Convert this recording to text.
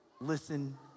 listen